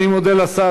אני מודה לשר.